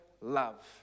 love